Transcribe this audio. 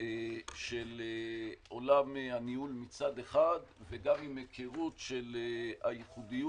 של עולם הניהול מצד אחד, והיכרות ייחודית